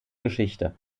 geschichte